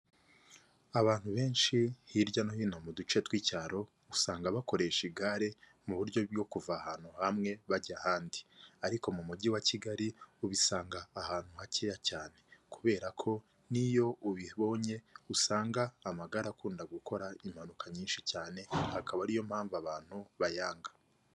Abantu benshi hirya no hino mu duce tw'icyaro usanga bakoresha igare mu buryo bwo kuva ahantu hamwe bajya ahandi, ariko mu mujyi wa kigali ubisanga ahantu hakeya cyane kubera ko n'iyo ubibonye usanga amagare akunda gukora impanuka nyinshi cyane akaba ariyo mpamvu abantu bayanga.